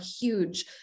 huge